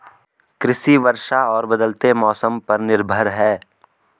कृषि वर्षा और बदलते मौसम पर निर्भर है